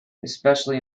especially